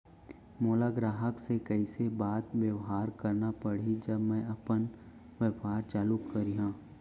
मोला ग्राहक से कइसे बात बेवहार करना पड़ही जब मैं अपन व्यापार चालू करिहा?